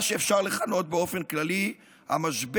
מה שאפשר לכנות באופן כללי המשבר,